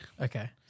Okay